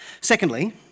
Secondly